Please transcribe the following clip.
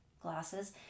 glasses